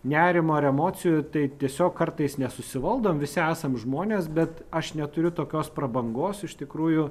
nerimo ir emocijų tai tiesiog kartais nesusivaldom visi esam žmonės bet aš neturiu tokios prabangos iš tikrųjų